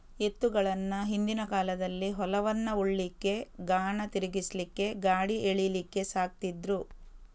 ಎತ್ತುಗಳನ್ನ ಹಿಂದಿನ ಕಾಲದಲ್ಲಿ ಹೊಲವನ್ನ ಉಳ್ಲಿಕ್ಕೆ, ಗಾಣ ತಿರ್ಗಿಸ್ಲಿಕ್ಕೆ, ಗಾಡಿ ಎಳೀಲಿಕ್ಕೆ ಸಾಕ್ತಿದ್ರು